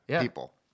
people